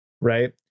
right